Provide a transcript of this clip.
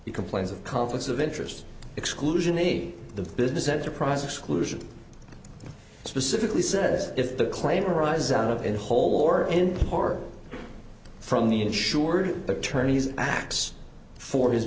he complains of conflicts of interest exclusion ate the business enterprise exclusion specifically says if the claim arises out of in whole or in part from the insured attorneys x for his